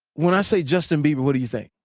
when i say justin bieber, what do you think?